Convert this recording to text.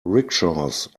rickshaws